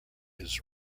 his